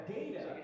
data